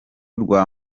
rwa